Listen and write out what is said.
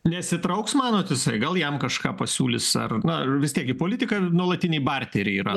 nesitrauks manot jisa gal jam kažką pasiūlys ar na vis tiek į politiką nuolatiniai barteriai yra